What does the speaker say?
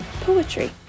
poetry